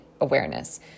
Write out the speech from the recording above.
awareness